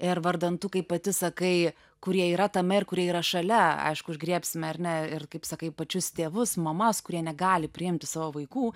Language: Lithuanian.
ir vardan tų kaip pati sakai kurie yra tame ir kurie yra šalia aišku užgriebsime ar ne ir kaip sakai pačius tėvus mamas kurie negali priimti savo vaikų